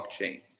blockchain